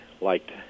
liked